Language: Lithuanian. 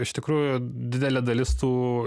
iš tikrųjų didelė dalis tų